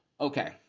Okay